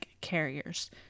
carriers